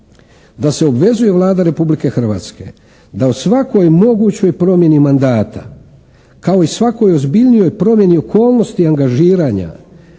da se obvezuje Vlada Republike Hrvatske da o svakoj mogućoj promjeni mandata kao i svakoj ozbiljnijoj promjeni okolnosti angažiranja